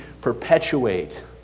perpetuate